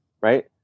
right